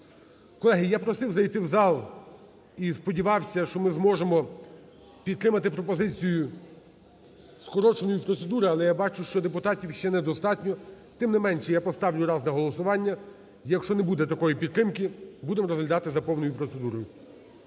Колеги, я просив зайти в зал і сподівався, що ми зможемо підтримати пропозицію скороченої процедури, але я бачу, що депутатів ще недостатньо. Тим не менше, я поставлю раз на голосування. Якщо не буде такої підтримки, будемо розглядати за повною процедурою.